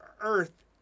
Earth